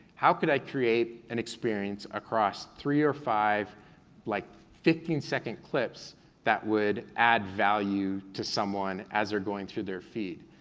how could i create an experience across three or five like fifteen second clips that would add value to someone as they're going through their feed?